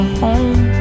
home